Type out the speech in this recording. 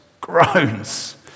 groans